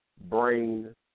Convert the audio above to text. brain